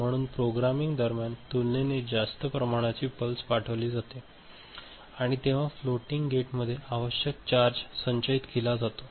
म्हणून प्रोग्रामिंग दरम्यान तुलनेने जास्त प्रमाणाची पल्स पाठवली जाते आणि तेव्हा फ्लोटिंग गेटमध्ये आवश्यक चार्ज संचयित केला जातो